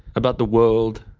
about the world,